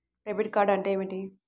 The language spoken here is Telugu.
డెబిట్ కార్డ్ అంటే ఏమిటి?